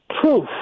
proof